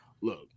Look